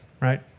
right